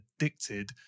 addicted